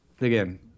again